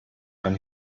waren